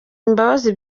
imbabazi